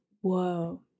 whoa